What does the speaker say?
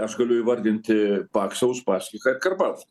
aš galiu įvardinti paksą uspaskichą ir karbauskį